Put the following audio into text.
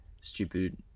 stupid